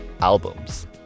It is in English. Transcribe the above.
albums